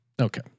Okay